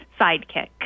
sidekick